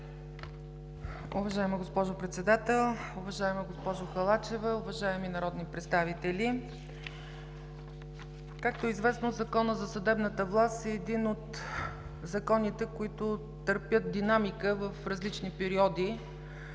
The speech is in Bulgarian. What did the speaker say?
Уважаема госпожо Председател, уважаема госпожо Халачева, уважаеми народни представители! Както е известно, Законът за съдебната власт е един от законите, които търпят динамика в различни периоди